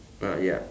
uh yup